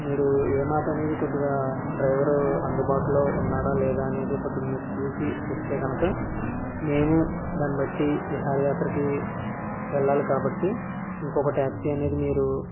మీరు ఏ మాట అనేది కొద్దిగా డ్రైవర్ అందుబాటులో ఉన్నాడా లేదా అనేది కొద్దిగా మీరు చూసి చెప్తే కనక మేము దానిబట్టి విహార యాత్రకి వెళ్ళాలి కాబట్టి ఇంకొక ట్యాక్సీ అనేది మీరు